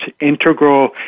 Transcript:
integral